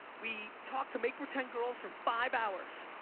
we talk to make pretend girls for five hours.